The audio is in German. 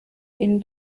ihnen